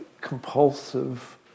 compulsive